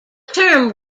term